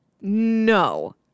No